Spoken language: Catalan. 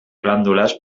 glàndules